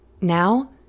Now